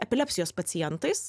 epilepsijos pacientais